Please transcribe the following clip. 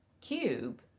cube